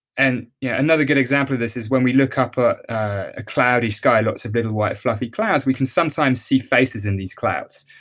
and yeah another good example of this is when we look up a cloudy sky, lots of little white fluffy clouds, we can sometimes see faces in these clouds.